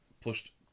pushed